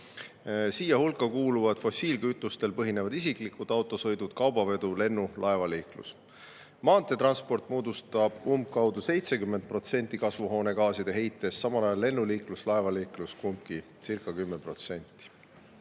Siia hulka kuuluvad fossiilkütustel põhineva isikliku autoga sõidud, kaubavedu ning lennu- ja laevaliiklus. Maanteetransport moodustab umbkaudu 70% kasvuhoonegaaside heitest, samal ajal lennuliiklus ja laevaliiklus kumbkicirca10%.